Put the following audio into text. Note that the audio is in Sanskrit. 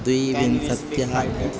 द्विविंशत्यधिकं